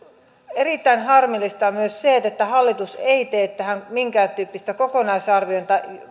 erittäin harmillista on myös se että hallitus ei tee tähän minkääntyyppistä kokonaisarviointia